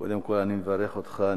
קודם כול, אני מברך אותך.